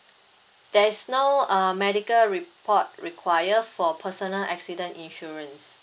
there's no uh medical report required for personal accident insurance